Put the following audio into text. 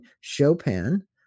Chopin